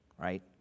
right